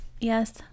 Yes